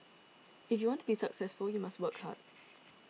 if you want to be successful you must work hard